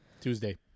Tuesday